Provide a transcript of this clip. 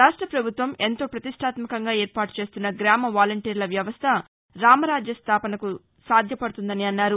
రాష్ట్ర ప్రభుత్వం ఎంతో ప్రతిష్టాత్మకంగా ఏర్పాటు చేస్తున్న గ్రామవాలంటీర్ల వ్యవస్థతో రామరాజ్య స్థావన సాధ్యపడుతుందన్నారు